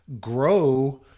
grow